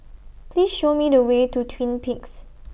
Please Show Me The Way to Twin Peaks